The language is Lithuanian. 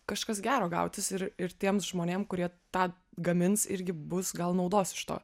kažkas gero gautis ir ir tiems žmonėm kurie tą gamins irgi bus gal naudos iš to